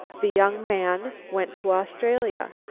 the young man went to australia.